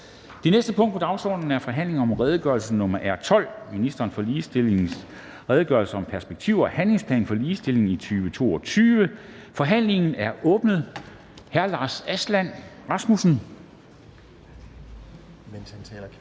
Det næste punkt på dagsordenen er: 8) Forhandling om redegørelse nr. R 12: Ministeren for ligestillings redegørelse om perspektiv- og handlingsplan for ligestilling 2022. (Anmeldelse 25.02.2022. Meddelelse